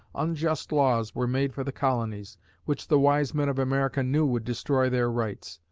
unjust laws were made for the colonies which the wise men of america knew would destroy their rights.